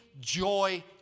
joy